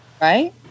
right